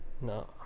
No